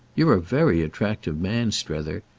you're a very attractive man, strether.